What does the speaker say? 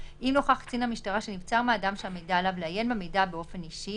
אם נוכח קצין המשטרה שנבצר מהאדם שהמידע עליו לעיין במידע באופן אישי,